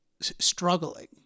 struggling